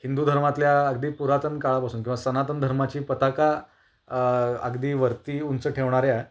हिंदू धर्मातल्या अगदी पुरातन काळापासून किंवा सनातन धर्माची पताका अगदी वरती उंच ठेवणाऱ्या